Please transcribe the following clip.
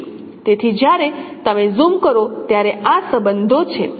તેથી જ્યારે તમે ઝૂમ કરો ત્યારે આ સંબંધો છે